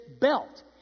belt